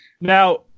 Now